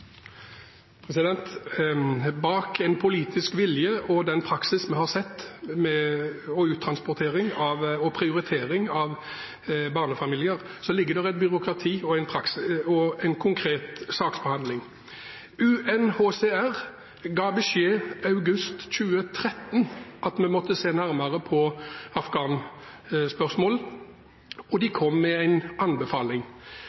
Bak en politisk vilje og den praksis vi har sett i uttransportering og prioritering av barnefamilier, ligger det et byråkrati og en konkret saksbehandling. UNHCR ga beskjed i august 2013 om at man måtte se nærmere på spørsmål om Afghanistan, og de kom med en anbefaling.